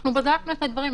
אנחנו כבר בדקנו את הדברים,